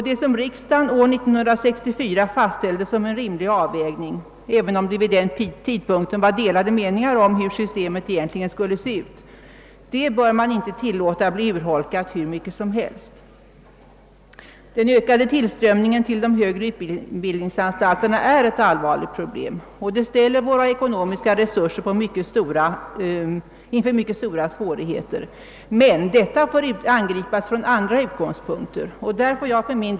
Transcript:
Det som riksdagen år 1964 fastställde som en rimlig avvägning — även om det vid den tidpunkten rådde delade meningar om hur systemet skulle se ut — bör inte tillåtas att bli urholkat hur mycket som helst. Den ökade tillströmningen till de högre utbildningsanstalterna är ett allvarligt problem och ställer mycket stora krav på våra ekonomiska resurser. Men detta får angripas från andra utgångspunkter.